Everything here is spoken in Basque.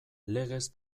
legez